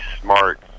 smart